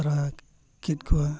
ᱛᱚᱨᱟ ᱠᱮᱫ ᱠᱚᱣᱟ